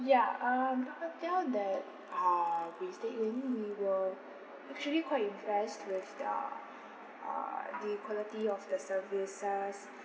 ya um the hotel that uh we stayed in we were actually quite impressed with uh uh the quality of the services